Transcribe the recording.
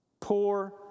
poor